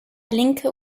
linke